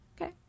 Okay